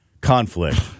conflict